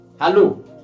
Hello